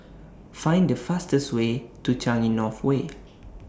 Find The fastest Way to Changi North Way